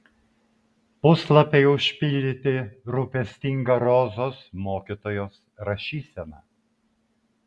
puslapiai užpildyti rūpestinga rozos mokytojos rašysena